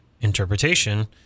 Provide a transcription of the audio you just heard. interpretation